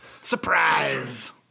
surprise